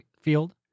field